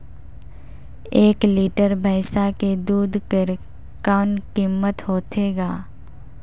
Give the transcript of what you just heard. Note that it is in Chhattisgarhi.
एक लीटर भैंसा के दूध कर कौन कीमत होथे ग?